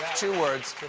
two words.